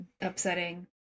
Upsetting